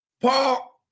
Paul